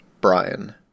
Brian